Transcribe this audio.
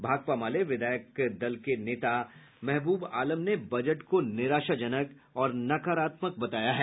भाकपा माले विधायक दल के नेता महबूब आलम ने बजट को निराशाजनक और नाकारात्मक बताया है